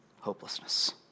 hopelessness